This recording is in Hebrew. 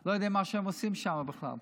לא יודע מה הם עושים שם בכלל.